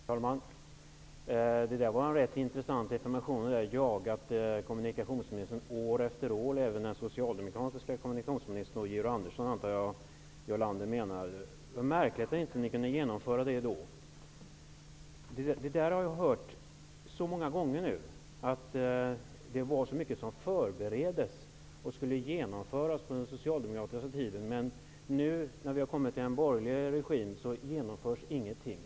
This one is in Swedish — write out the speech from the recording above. Herr talman! Detta var en rätt intressant information att ni jagat kommunikationsministern år efter år, och jag antar att Jarl Lander även menar den socialdemokratiska kommunikationsministern. Jag har nu så många gånger hört att det var mycket som förbereddes och skulle genomföras under den socialdemokratiska regeringstiden. Men när det nu kommit en borgerlig regering genomförs ingenting.